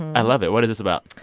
i love it. what is this about?